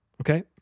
Okay